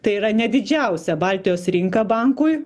tai yra ne didžiausia baltijos rinka bankui